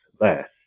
less